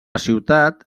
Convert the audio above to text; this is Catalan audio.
ciutat